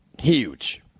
huge